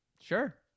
sure